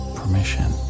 permission